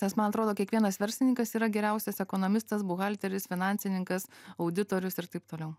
nes man atrodo kiekvienas verslininkas yra geriausias ekonomistas buhalteris finansininkas auditorius ir taip toliau